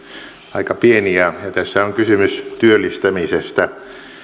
aika pieni ja tässä on kysymys työllistämisestä